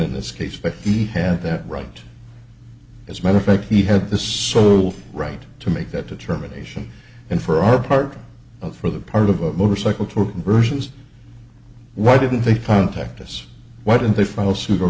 in this case but he had that right as matter of fact he had this so called right to make that determination and for our part of for the part of a motorcycle to versions why didn't they find tactless why didn't they file suit